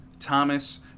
thomas